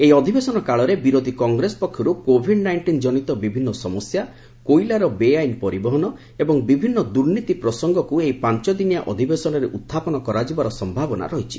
ଏହି ଅଧିବେଶନ କାଳରେ ବିରୋଧୀ କଂଗ୍ରେସ ପକ୍ଷରୁ କୋଭିଡ୍ ନାଇଷ୍ଟିନ୍ ଜନିତ ବିଭିନ୍ନ ସମସ୍ୟା କୋଇଲାର ବେଆଇନ୍ ପରିବହନ ଏବଂ ବିଭିନ୍ନ ଦୁର୍ନୀତି ପ୍ରସଙ୍ଗକୁ ଏହି ପାଞ୍ଚ ଦିନିଆ ଅଧିବେଶନରେ ଉହ୍ଚାପନ କରାଯିବାର ସମ୍ଭାବନା ରହିଛି